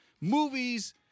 movies